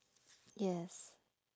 yes